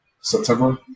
September